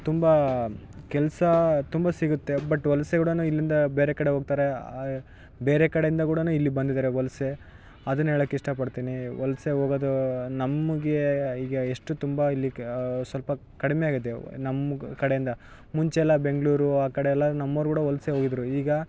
ತುಂಬ ಕೆಲಸ ತುಂಬ ಸಿಗುತ್ತೆ ಬಟ್ ವಲಸೆ ಕೂಡ ಇಲ್ಲಿಂದ ಬೇರೆ ಕಡೆ ಹೋಗ್ತಾರೆ ಬೇರೆ ಕಡೆಯಿಂದ ಕೂಡ ಇಲ್ಲಿಗೆ ಬಂದಿದ್ದಾರೆ ವಲಸೆ ಅದನ್ನು ಹೇಳೋಕ್ ಇಷ್ಟ ಪಡ್ತೀನಿ ವಲಸೆ ಹೋಗೋದು ನಮಗೆ ಈಗ ಎಷ್ಟು ತುಂಬ ಇಲ್ಲಿ ಸ್ವಲ್ಪ ಕಡಿಮೆಯಾಗಿದೆ ನಮ್ಮ ಕಡೆಯಿಂದ ಮುಂಚೆಯೆಲ್ಲ ಬೆಂಗಳೂರು ಆ ಕಡೆಯೆಲ್ಲ ನಮ್ಮೊರು ಕೂಡ ವಲಸೆ ಹೋಗಿದ್ರು ಈಗ